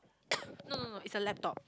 no no no it's a laptop